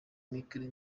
markle